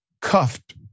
cuffed